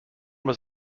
was